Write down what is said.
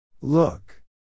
Look